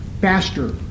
faster